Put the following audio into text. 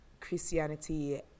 Christianity